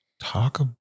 talk